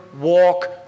walk